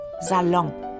salon